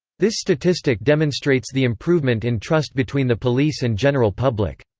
this statistic demonstrates the improvement in trust between the police and general public.